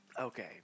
okay